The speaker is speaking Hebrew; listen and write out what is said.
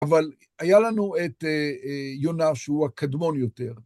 אבל היה לנו את יונה, שהוא הקדמון יותר.